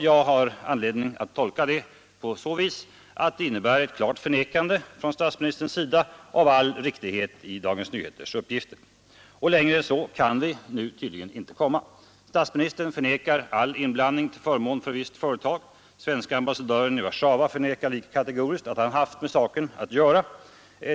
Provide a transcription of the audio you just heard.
Jag har anledning att tolka det på så vis att det innebär ett klart förnekande från statsministern av all riktighet i Dagens Nyheters uppgifter. Längre än så kan vi tydligen nu inte komma. Statsministern förnekar all inblandning till förmån för visst företag. Den svenska ambassadören i Warszawa förnekar kategoriskt att han haft med saken att göra.